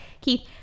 Keith